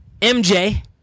mj